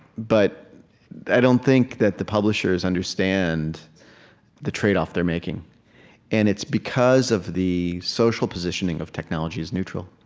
but i don't think that the publishers understand the tradeoff they're making and it's because of the social positioning of, technology as neutral.